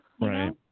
right